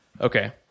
Okay